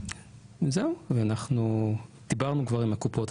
אנחנו דיברנו כבר עם הקופות,